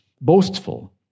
boastful